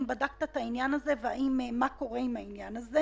אז זה גם הופך את העניין למסורבל יותר ואיטי יותר.